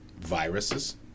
Viruses